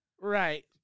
Right